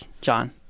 John